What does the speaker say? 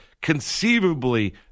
conceivably